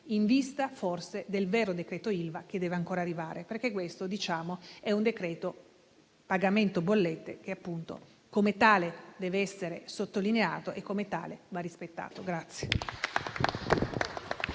in vista forse del vero decreto Ilva che deve ancora arrivare, perché questo è un decreto pagamento bollette che, come tale, dev'essere sottolineato e come tale va rispettato.